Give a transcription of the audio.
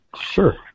Sure